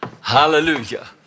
Hallelujah